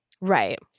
Right